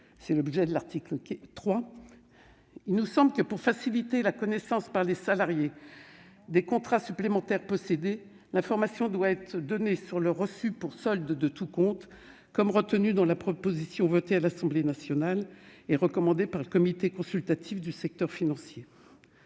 c'est l'objet de l'article 3 -, il nous semble que, pour favoriser la connaissance par les salariés des contrats de retraite supplémentaire détenus, l'information doit être donnée sur le reçu pour solde de tout compte, comme retenu par l'Assemblée nationale et recommandé par le Comité consultatif du secteur financier.